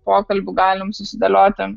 pokalbių galim susidėlioti